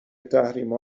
تحریم